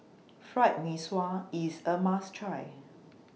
Fried Mee Sua IS A must Try